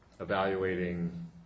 evaluating